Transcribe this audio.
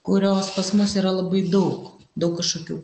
kurios pas mus yra labai daug daug kažkokių